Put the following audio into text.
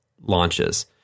launches